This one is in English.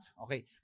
Okay